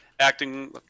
Acting